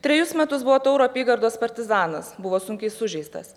trejus metus buvo tauro apygardos partizanas buvo sunkiai sužeistas